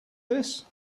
this